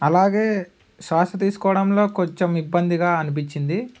అలాగే శ్వాస తీసుకోవడంలో కొంచెం ఇబ్బందిగా అనిపించింది